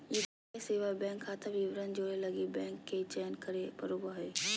UPI सेवा bank खाता विवरण जोड़े लगी बैंक के चयन करे पड़ो हइ